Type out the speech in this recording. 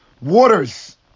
waters